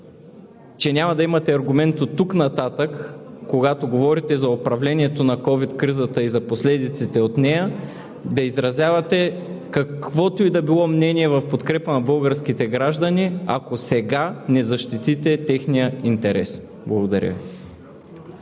че няма да имате аргумент оттук нататък, когато говорите за управлението на ковид кризата и за последиците от нея, да изразявате каквото и да било мнение в подкрепа на българските граждани, ако сега не защитите техния интерес. Благодаря